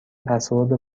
پسورد